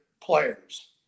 players